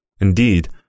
Indeed